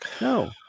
No